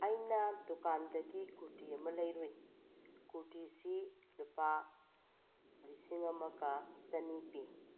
ꯑꯩꯅ ꯗꯨꯀꯥꯟꯗꯒꯤ ꯀꯨꯔꯇꯤ ꯑꯃ ꯂꯩꯔꯨꯏ ꯀꯨꯔꯇꯤꯁꯤ ꯂꯨꯄꯥ ꯂꯤꯁꯤꯡ ꯑꯃꯒ ꯆꯅꯤ ꯄꯤ